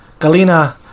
Galina